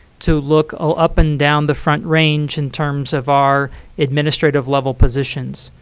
to look ah up and down the front range in terms of our administrative level positions.